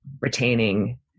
retaining